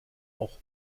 auch